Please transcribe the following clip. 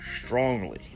strongly